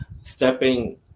stepping